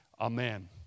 Amen